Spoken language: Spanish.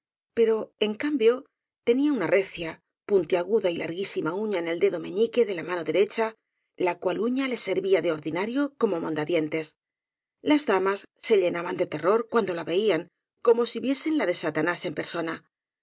pero en cambio tenía una recia puntiaguda y larguísima uña en el dedo meñique de la mano derecha la cual uña le servía de ordinario como monda dientes las damas se llenaban de terror cuando la veían como si viesen la de satanás en persona